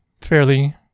fairly